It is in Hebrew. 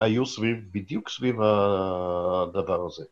‫היו סביב, בדיוק סביב הדבר הזה.